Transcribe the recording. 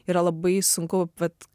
yra labai sunku vat